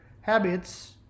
habits